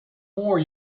more